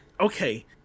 Okay